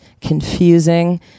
confusing